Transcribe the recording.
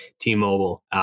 T-Mobile